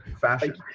fashion